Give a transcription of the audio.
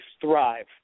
thrive